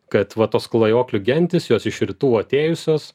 kad va tos klajoklių gentys jos iš rytų atėjusios